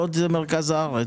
לוד זה מרכז הארץ.